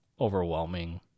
overwhelming